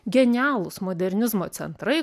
genialūs modernizmo centrai